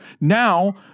now